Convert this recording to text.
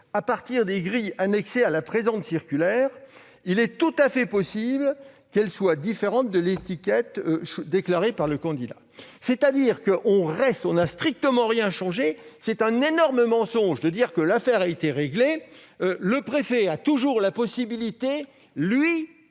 à partir des grilles annexées à la présente circulaire. Il est tout à fait possible qu'elle soit différente de l'étiquette déclarée par le candidat. » On n'a donc strictement rien changé ! C'est un énorme mensonge que de dire que l'affaire a été réglée : le préfet a toujours la possibilité